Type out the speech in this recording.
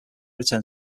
return